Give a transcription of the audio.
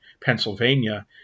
Pennsylvania